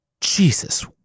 Jesus